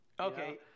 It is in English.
okay